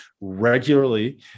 regularly